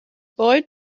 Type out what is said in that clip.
boy